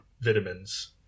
vitamins